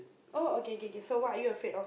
oh okay kay kay so what are you afraid of